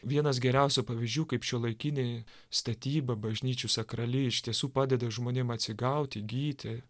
vienas geriausių pavyzdžių kaip šiuolaikinė statyba bažnyčių sakrali iš tiesų padeda žmonėm atsigauti gyti